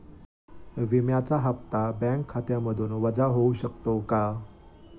विम्याचा हप्ता बँक खात्यामधून वजा होऊ शकतो का?